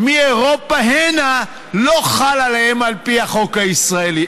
ומאירופה הנה לא חל עליהן על פי החוק הישראלי.